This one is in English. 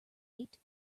eight